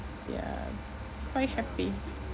ya quite happy